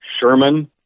Sherman